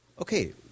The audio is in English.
Okay